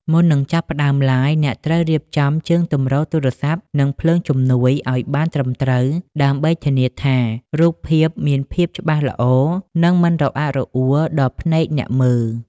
មុននឹងចាប់ផ្ដើមឡាយ អ្នកត្រូវរៀបចំ ជើងទម្រទូរស័ព្ទ និងភ្លើងជំនួយ ឱ្យបានត្រឹមត្រូវ ដើម្បីធានាថា រូបភាពមានភាពច្បាស់ល្អ និងមិនរអាក់រអួលដល់ភ្នែកអ្នកមើល។